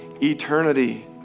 eternity